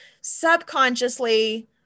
subconsciously